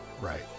Right